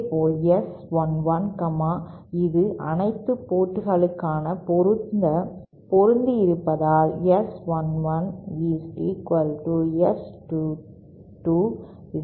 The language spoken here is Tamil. இதேபோல் S 11 இது அனைத்து போர்ட்களிலும் பொருந்தியிருப்பதால் S 11S 22S 33S 44 ஆகும்